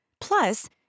Plus